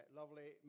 lovely